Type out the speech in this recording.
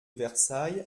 versailles